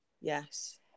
yes